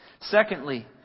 Secondly